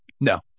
No